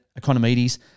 Economides